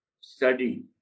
study